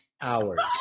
hours